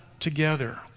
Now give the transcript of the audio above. together